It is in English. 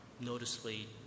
noticeably